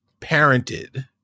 parented